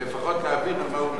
לפחות להבין על מה הוא מדבר.